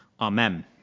Amen